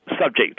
subject